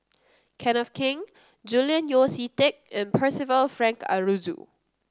Kenneth Keng Julian Yeo See Teck and Percival Frank Aroozoo